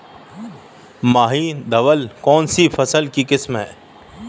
माही धवल कौनसी फसल की किस्म है?